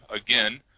again